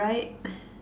right